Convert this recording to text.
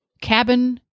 cabin